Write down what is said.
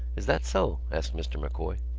is that so? asked mr. m'coy.